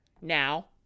now